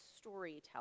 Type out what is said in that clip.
storytelling